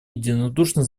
единодушно